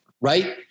right